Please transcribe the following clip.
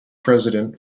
president